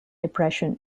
depression